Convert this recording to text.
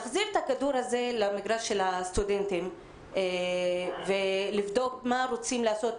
עכשיו להחזיר את הכדור הזה למגרש של הסטודנטים ולבדוק מה רוצים לעשות,